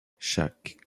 chaque